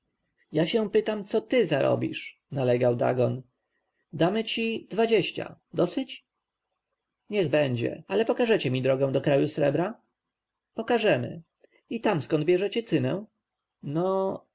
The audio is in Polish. ja się pytam co ty zarobisz nalegał dagon damy ci dwadzieścia dosyć niech będzie ale pokażecie mi drogę do kraju srebra pokażemy i tam skąd bierzecie cynę no